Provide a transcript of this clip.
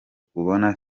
kubona